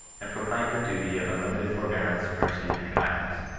and proclaimed the duty of unlimited forbear ance, mercy, and kindness.